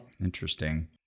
Interesting